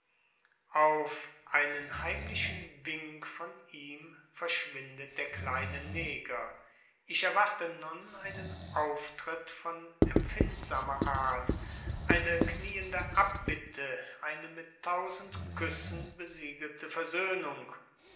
auf einen heimlichen wink von ihm verschwindet der kleine neger ich erwarte nun einen auftritt von empfindsamer art eine knieende abbitte eine mit tausend küssen besiegelte versöhnung